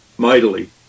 mightily